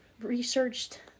researched